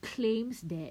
claims that